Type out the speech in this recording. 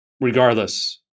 regardless